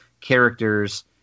characters